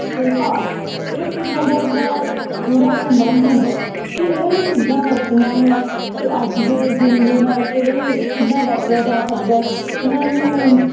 ਅਤੇ ਭਾਵ ਇਹ ਤਿੰਨਾਂ ਦਾ ਬੜਾ ਗੂੜਾ ਸੰਬੰਧ ਹੁੰਦਾ ਅਤੇ ਇਹਨਾਂ ਨੂੰ ਕਿੱਦਾਂ ਵਰਤਣਾ ਹੈ ਅਤੇ ਅੱਜ ਦੇ ਦਿਨ ਦੇ ਨਾਲ ਕਿਹੜੇ ਕਿੱਦਾਂ ਵਰਤਿਆ ਜਾ ਸਕਦਾ ਇਹਨਾਂ ਨੂੰ